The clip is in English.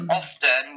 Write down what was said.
often